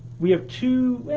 we have two, well,